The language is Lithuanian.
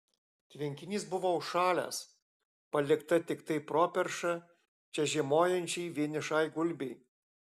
tvenkinys buvo užšalęs palikta tiktai properša čia žiemojančiai vienišai gulbei